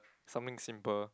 something simple